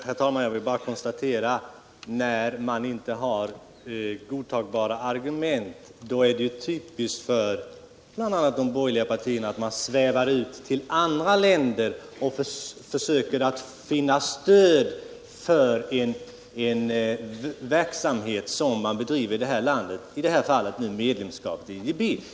Herr talman! Det är typiskt för bl.a. de borgerliga partierna när man inte har godtagbara argument att då sväva ut till andra länder för att där försöka vinna stöd för den verksamhet som man bedriver i det här landet, i detta fall medlemskapet I IDB.